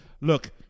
Look